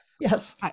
yes